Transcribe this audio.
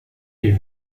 die